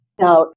Now